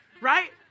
right